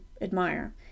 admire